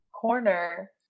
corner